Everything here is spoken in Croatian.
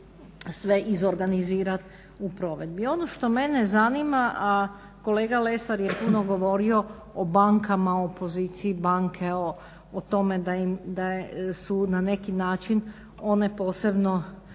sve iz organizirat u provedbi. Ono što mene zanima, a kolega Lesar je puno govorio o bankama, o poziciji banke, o tome da su na neki način one posebno